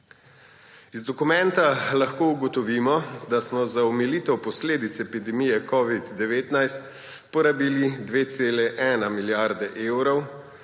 Iz dokumenta lahko ugotovimo, da smo za omilitev posledic epidemije covida-19, porabili 2,1 milijarde evrov.